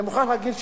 אני מוכרח להגיד,